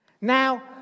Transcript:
Now